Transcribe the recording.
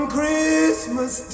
Christmas